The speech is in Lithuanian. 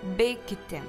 bei kiti